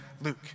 Luke